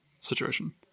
situation